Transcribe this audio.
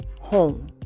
home